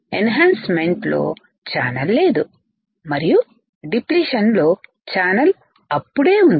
ఎన్ హాన్సమెంట్ లో ఛానల్ లేదు మరియు డిప్లిషన్ లో ఛానల్ అప్పుడే ఉంది